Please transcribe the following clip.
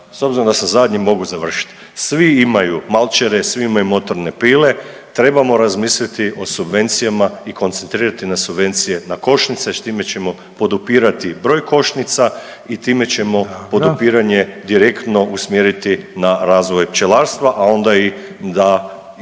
s obzirom da sam zadnji mogu završiti, svi imaju malčere, svi imaju motorne pile, trebamo razmisliti o subvencijama i koncentrirati na subvencije, na košnice s time ćemo podupirati broj košnica i time ćemo podupiranje …/Upadica: Dobro./… direktno usmjeriti na razvoj pčelarstva, a onda i da za